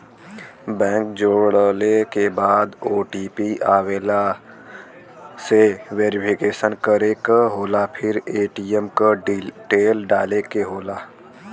bank जोड़ले के बाद ओ.टी.पी आवेला से वेरिफिकेशन करे क होला फिर ए.टी.एम क डिटेल डाले क होला